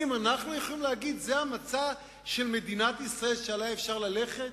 האם אנחנו יכולים להגיד: זה המצע של מדינת ישראל שעליו אפשר ללכת?